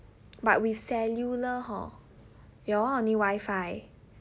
but with cellular hor your one only wifi